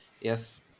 Yes